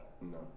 No